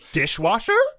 dishwasher